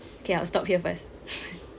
okay I'll stop here first